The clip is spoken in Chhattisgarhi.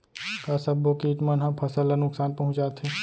का सब्बो किट मन ह फसल ला नुकसान पहुंचाथे?